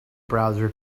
browser